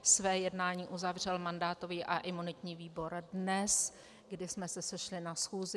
Své jednání uzavřel mandátový a imunitní výbor dnes, kdy jsme se sešli na schůzi.